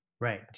Right